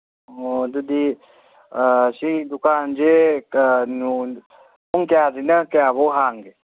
ꯑꯣ ꯑꯗꯨꯗꯤ ꯁꯤ ꯗꯨꯀꯥꯟꯁꯦ ꯄꯨꯡ ꯀꯌꯥꯗꯒꯤꯅ ꯀꯌꯥꯕꯨꯛ ꯍꯥꯡꯒꯦ